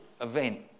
event